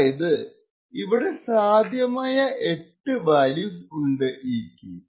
അതായതു ഇവിടെ സാധ്യമായ എട്ട് വാല്യൂസ് ഉണ്ട് e ക്ക്